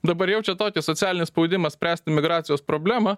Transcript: dabar jaučia tokį socialinį spaudimą spręsti migracijos problemą